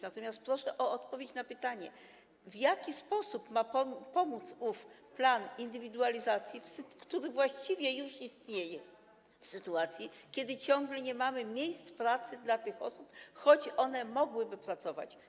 Natomiast proszę o odpowiedź na pytanie, w jaki sposób ma pomóc ów plan indywidualizacji, który właściwie już istnieje, w sytuacji kiedy ciągle nie mamy miejsc pracy dla tych osób, choć one mogłyby pracować.